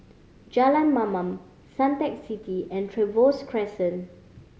Jalan Mamam Suntec City and Trevose Crescent